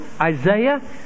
Isaiah